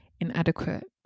inadequate